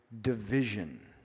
division